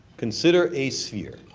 consider a sphere.